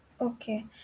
Okay